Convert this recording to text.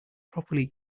properly